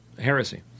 heresy